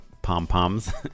pom-poms